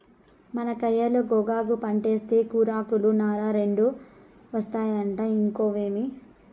మన కయిలో గోగాకు పంటేస్తే కూరాకులు, నార రెండూ ఒస్తాయంటే ఇనుకోవేమి